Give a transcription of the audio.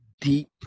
deep